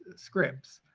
scripts.